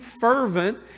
fervent